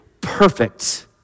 perfect